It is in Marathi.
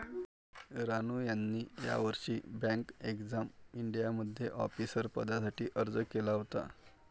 रानू यांनी यावर्षी बँक एक्झाम इंडियामध्ये ऑफिसर पदासाठी अर्ज केला होता